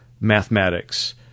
mathematics